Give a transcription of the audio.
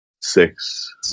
six